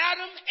Adam